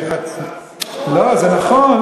לא, זה נכון.